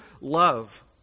love